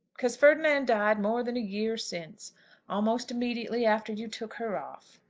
because ferdinand died more than a year since almost immediately after you took her off.